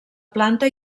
planta